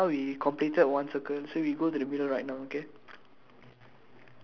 okay so if we now we completed one circle so we go to the middle right now okay